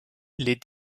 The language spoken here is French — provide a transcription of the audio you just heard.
les